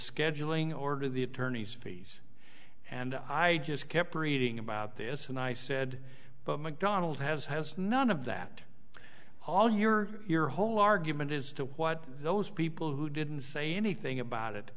scheduling order the attorneys fees and i just kept reading about this and i said but mcdonald has has none of that all your your whole argument as to what those people who didn't say anything about it